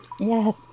Yes